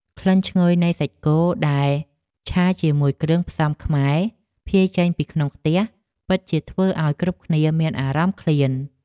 ក្លិនឈ្ងុយនៃសាច់គោដែលឆាជាមួយគ្រឿងផ្សំខ្មែរភាយចេញពីក្នុងខ្ទះពិតជាធ្វើឱ្យគ្រប់គ្នាមានអារម្មណ៍ឃ្លាន។